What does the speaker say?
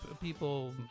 people